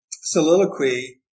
soliloquy